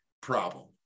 problem